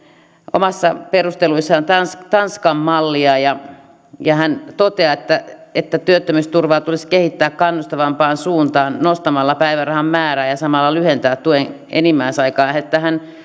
omissa perusteluissaan tanskan tanskan mallia ja ja hän toteaa että että työttömyysturvaa tulisi kehittää kannustavampaan suuntaan nostamalla päivärahan määrää ja samalla lyhentämällä tuen enimmäisaikaa hän